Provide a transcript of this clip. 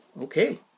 Okay